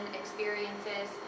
experiences